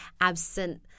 absent